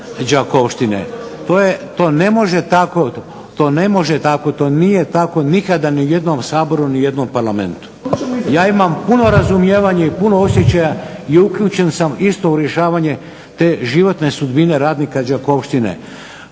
To ne može tako, to nije tako nikada ni u jednom Saboru ni Parlamentu. Ja imam puno razumijevanje i puno osjećaja i uključen sam isto u rješavanje te životne sudbine radnika Đakovštine.